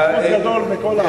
ריכוז גדול מכל הארץ.